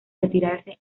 retirarse